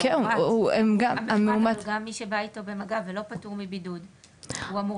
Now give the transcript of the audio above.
המאומת וגם מי שבא איתו במגע ולא פטור מבידוד הוא אמור